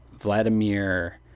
Vladimir